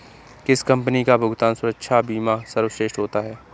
किस कंपनी का भुगतान सुरक्षा बीमा सर्वश्रेष्ठ होता है?